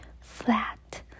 flat